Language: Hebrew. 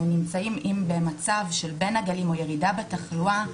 נמצאים במצב של בין הגלים או ירידה בתחלואה.